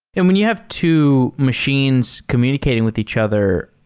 and when you have two machines communicating with each other,